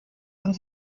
und